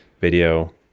video